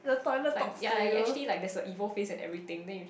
like yea yea yea actually like there is a evil face and everything then you just